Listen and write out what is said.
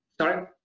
sorry